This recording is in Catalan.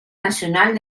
nacional